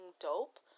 dope